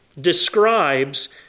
describes